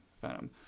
venom